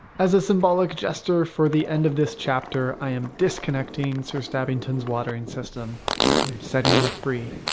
as a symbolic gesture for the end of this chapter i am disconnecting sir stabbington's watering system and i'm setting him free.